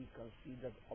considered